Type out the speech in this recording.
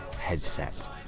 headset